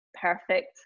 perfect